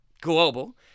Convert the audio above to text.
global